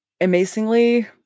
amazingly